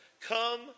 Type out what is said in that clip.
come